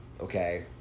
Okay